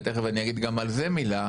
ותיכף אני אגיד גם על זה מילה,